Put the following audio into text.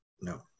no